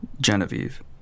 Genevieve